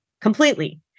completely